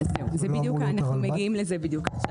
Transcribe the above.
אנחנו מגיעים בדיוק לזה.